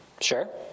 sure